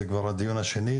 זה כבר הדיון השני,